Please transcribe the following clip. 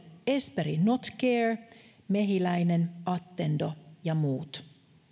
esperi not care mehiläinen attendo ja muut